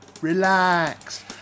Relax